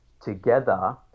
together